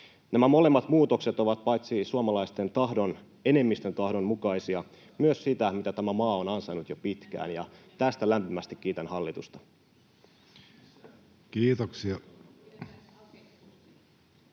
Nämä molemmat muutokset ovat paitsi suomalaisten enemmistön tahdon mukaisia, niin myös sitä, mitä tämä maa on ansainnut jo pitkään, ja tästä lämpimästi kiitän hallitusta. [Eva